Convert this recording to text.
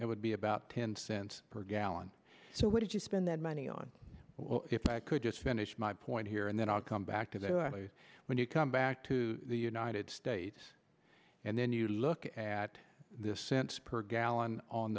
it would be about ten cents per gallon so what did you spend that money on if i could just finish my point here and then i'll come back to when you come back to the united states and then you look at this cents per gallon on